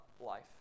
life